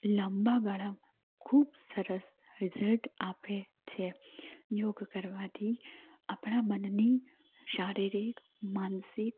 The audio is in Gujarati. લાંબા ગાળા ખૂબ સરસ રિઝલ્ટ આપે છે યોગ કરવાથી આપણાં મનની શારીરિક માનસિક